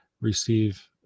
receive